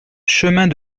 chemin